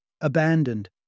abandoned